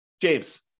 James